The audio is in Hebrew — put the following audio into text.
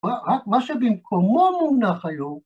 ‫מה שבמקומו מונח היום...